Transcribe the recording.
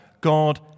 God